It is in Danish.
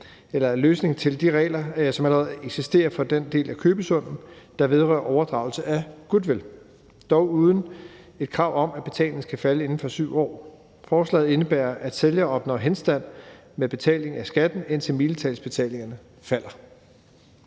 mulig løsning til de regler, som allerede eksisterer for den del af købesummen, der vedrører overdragelse af goodwill, dog uden et krav om, at betalingen skal falde inden for 7 år. Forslaget indebærer, at sælger opnår henstand med betaling af skatten, indtil milepælsbetalingerne falder.